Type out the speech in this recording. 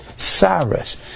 Cyrus